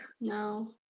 No